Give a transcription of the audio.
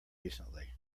recently